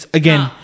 again